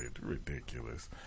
ridiculous